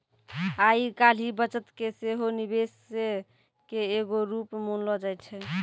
आइ काल्हि बचत के सेहो निवेशे के एगो रुप मानलो जाय छै